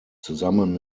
zusammen